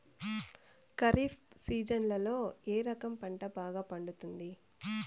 ఖరీఫ్ సీజన్లలో ఏ రకం పంట బాగా పండుతుంది